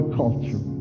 culture